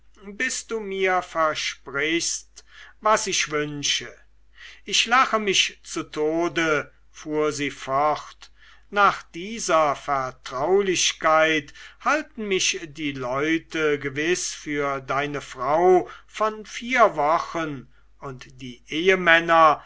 bis du mir versprichst was ich wünsche ich lache mich zu tode fuhr sie fort nach dieser vertraulichkeit halten mich die leute gewiß für deine frau von vier wochen und die ehemänner